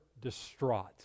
distraught